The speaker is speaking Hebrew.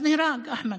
אז נהרג אחמד,